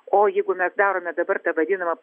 o jeigu mes darome dabar tą vadinamą